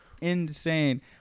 Insane